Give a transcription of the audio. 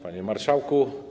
Panie Marszałku!